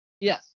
Yes